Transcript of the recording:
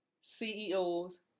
CEOs